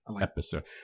episode